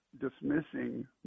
dismissing